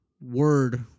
word